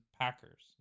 Packers